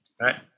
Right